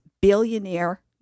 billionaire